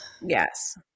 Yes